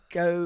go